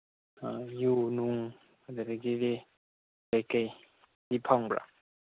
ꯑꯥ ꯌꯨ ꯅꯨꯡ ꯑꯗꯨꯗꯒꯤꯗꯤ ꯀꯩꯀꯩꯗꯤ ꯐꯪꯕ꯭ꯔꯥ